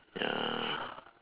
ya